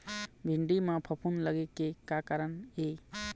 भिंडी म फफूंद लगे के का कारण ये?